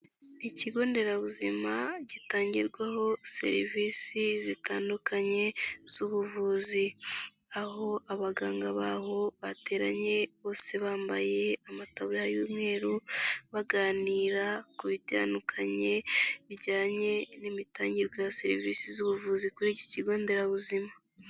Ikigo nderabuzima gitangirwaho serivisi zitandukanye z'ubuvuzi. Aho abaganga baho bateranye bose bambaye amatabura y'umweru, baganira ku bitandukanye, bijyanye n'imitangire ya serivisi z'ubuvuzi kuri iki kigo nderabuzima.